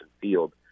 Field